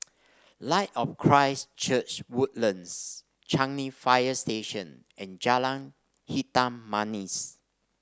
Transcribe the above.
Light of Christ Church Woodlands Changi Fire Station and Jalan Hitam Manis